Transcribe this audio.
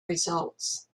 results